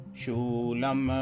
shulam